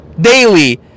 daily